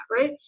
right